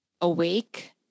awake